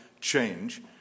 change